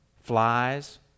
flies